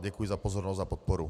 Děkuji za pozornost a podporu.